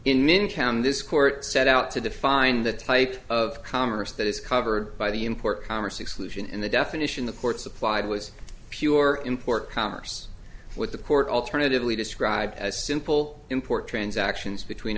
town this court set out to define the type of commerce that is covered by the import commerce exclusion in the definition the court supplied was pure import commerce what the court alternatively described as simple import transactions between